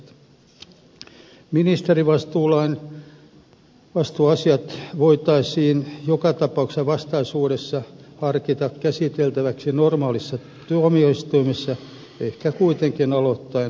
ministerivastuuasiat voitaisiin joka tapauksessa vastaisuudessa harkita käsiteltäviksi normaalissa tuomioistuimessa ehkä kuitenkin aloittaen hovioikeudesta